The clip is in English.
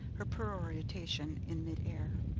her peroration in mid-air.